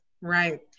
right